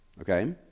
Okay